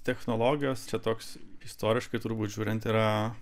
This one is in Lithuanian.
technologijos čia toks istoriškai turbūt žiūrint yra